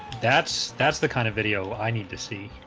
that's that's the kind of video. i need to see.